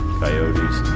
coyotes